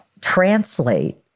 translate